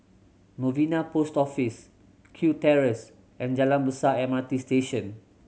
Novena Post Office Kew Terrace and Jalan Besar M R T Station